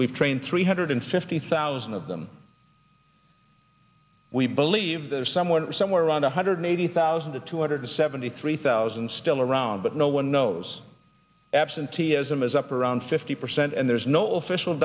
we've trained three hundred fifty thousand of them we believe there somewhere somewhere around one hundred eighty thousand to two hundred seventy three thousand still around but no one knows absenteeism is up around fifty percent and there's no official